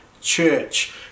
church